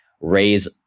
raise